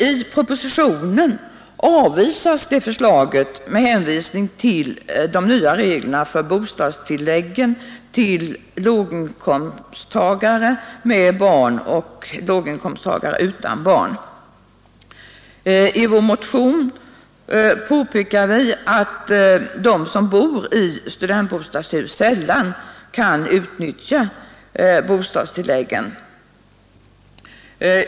I propositionen avvisas det förslaget med hänvisning till de nya reglerna för bostadstilläggen till låginkomsttagare med och utan barn. I vår motion påpekar vi att de som bor i studentbostadshus sällan kan utnyttja bostadstilläggen.